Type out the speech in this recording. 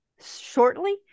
shortly